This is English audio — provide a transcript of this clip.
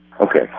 Okay